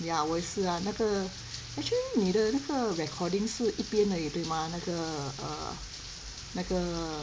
ya 我也是 ah 那个 actually 你的那个 recording 是一边而已对吗那个 err 那个